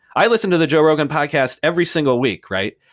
i listen to the joe rogan podcast every single week, right?